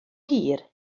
hir